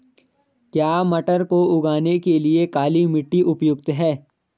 क्या मटर को उगाने के लिए काली मिट्टी उपयुक्त है?